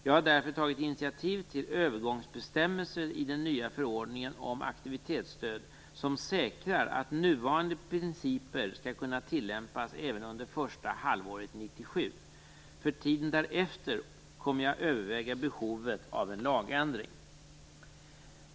Jag har därför tagit initiativ till övergångsbestämmelser i den nya förordningen om aktivitetsstöd som säkrar att nuvarande principer skall kunna tillämpas även under första halvåret 1997. För tiden därefter kommer jag att överväga behovet av en lagändring.